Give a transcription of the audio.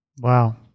Wow